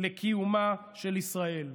לקיומה של ישראל.